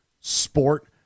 sport